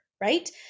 right